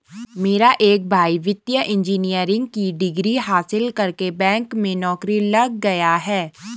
मेरा एक भाई वित्तीय इंजीनियरिंग की डिग्री हासिल करके बैंक में नौकरी लग गया है